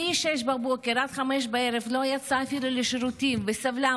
מ-06:00 עד 17:00, לא יצאה אפילו לשירותים וסבלה.